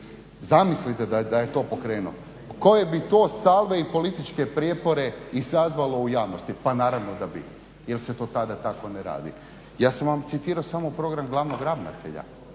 Zamislite da je to pokrenuo. Koje bi to …/Govornik se ne razumije./… i političke prijepore izazvalo u javnosti, pa naravno da bi jer se to tada tako ne radi. Ja sam va citirao samo program glavnog ravnatelja